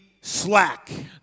slack